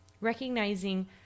Recognizing